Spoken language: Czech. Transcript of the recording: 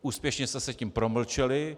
Úspěšně jste se tím promlčeli.